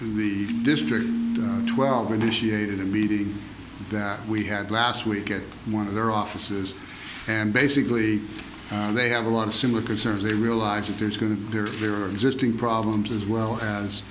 the district twelve initiated a meeting that we had last week at one of their offices and basically they have a lot of similar concerns they realize that there's going to they're there are existing problems as